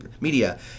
media